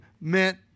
meant